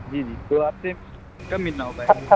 جی جی تو آپ سے کب ملنا ہو پائے گا